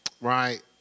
right